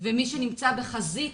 ומי שנמצא בחזית